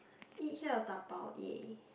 eat here or dabao !yay!